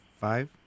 five